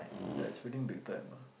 ya it's big time ah